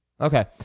Okay